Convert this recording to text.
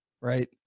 Right